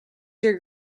your